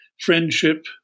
friendship